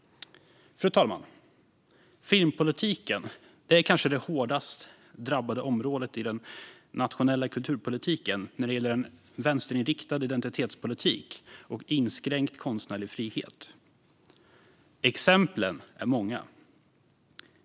Fru talman! Filmpolitiken är kanske det hårdast drabbade området i den nationella kulturpolitiken när det gäller vänsterinriktad identitetspolitik och inskränkt konstnärlig frihet. Exemplen är många.